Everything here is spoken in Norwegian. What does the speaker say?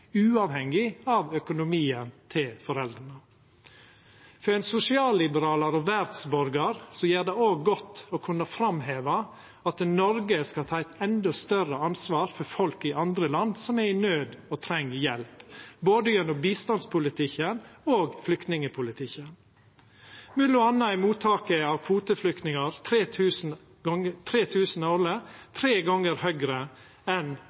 uavhengig av økonomien til foreldra. For ein sosialliberalar og verdsborgar gjer det òg godt å kunna framheva at Noreg skal ta eit endå større ansvar for folk i andre land som er i naud og treng hjelp, både gjennom bistandspolitikken og flyktningpolitikken. Mellom anna er talet for mottak av kvoteflyktningar, på 3 000 årleg, tre gonger høgare enn